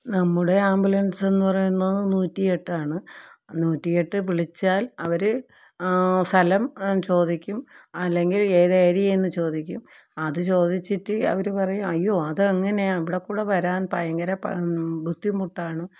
നമ്മുടെ ആംബുലൻസെന്നു പറയുന്നത് നൂറ്റിയെട്ടാണ് നൂറ്റിയെട്ട് വിളിച്ചാൽ അവര് സ്ഥലം ചോദിക്കും അല്ലെങ്കിൽ ഏത് ഏരിയയെന്ന് ചോദിക്കും അത് ചോദിച്ചിട്ട് അവര് പറയും അയ്യോ അത് എങ്ങനെയാണ് ഇവിടെക്കൂടെ വരാൻ ഭയങ്കര ബുദ്ധിമുട്ടാണ്